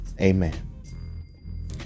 amen